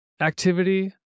activity